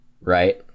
right